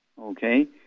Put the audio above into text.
okay